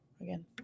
again